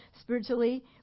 spiritually